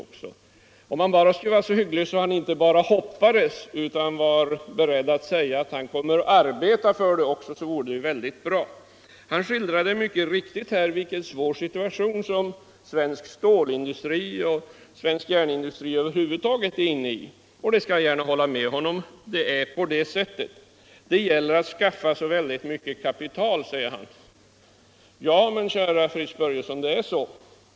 Det vore väldigt bra om han ville vara så hygglig att han inte bara hoppas utan säger att han också skall arbeta för sådana satsningar. Herr Börjesson skildrade mycket riktigt vilken svår situation svensk stålindustri och svensk järnindustri över huvud taget är inne i. Jag skail hålla med honom. Det är på det sättet. Det gäller att skaffa ett mycket stort kapital, säger han. Ja, min käre Fritz Börjesson, det är så.